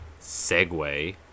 Segway